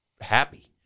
happy